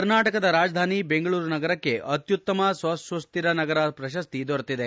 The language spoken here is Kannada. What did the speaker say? ಕರ್ನಾಟಕದ ರಾಜಧಾನಿ ಬೆಂಗಳೂರು ನಗರಕ್ಕೆ ಅತ್ಯುತ್ತಮ ಸ್ವಸುಸ್ಥಿರ ನಗರ ಪ್ರಶಸ್ತಿ ದೊರೆತಿದೆ